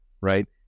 right